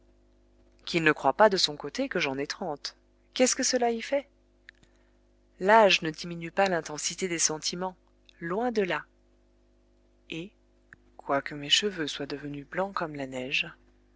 qu'il ne croie pas de son côté que j'en ai trente qu'est-ce que cela y fait l'âge ne diminue pas l'intensité des sentiments loin de là et quoique mes cheveux soient devenus blancs comme la neige